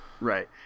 Right